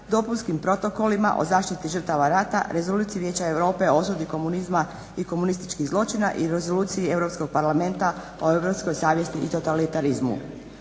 dopunskim protokolima o zaštiti žrtava rata, Rezoluciji Vijeća Europe o osudi komunizma i komunističkih zločina i Rezoluciji Europskog parlamenta o europskoj savjesti i totalitarizmu.